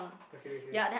okay okay